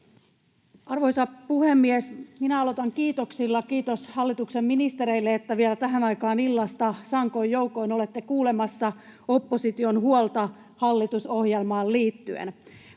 Arvoisa puhemies! Aloitan kiitoksilla: kiitos hallituksen ministereille, että vielä tähän aikaan illasta sankoin joukoin olette kuulemassa opposition huolta hallitusohjelmaan liittyen.